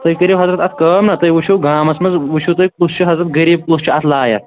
تُہۍ کٔرِو حضرت اکھ کٲم نا تُہۍ وُچھِو گامَس منٛز وُچھِو تُہۍ کُس چھُ حظ غٔریٖب کُس چھُ اتھ لایق